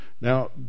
Now